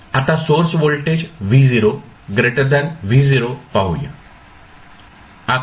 आता source voltage V0 V0 पाहूया